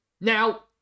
Now